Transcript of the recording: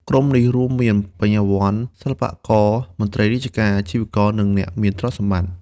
ក្រុមនេះរួមមាន បញ្ញវន្ត សិល្បករ មន្ត្រីរាជការ អាជីវករ និងអ្នកមានទ្រព្យសម្បត្តិ។